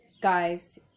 Guys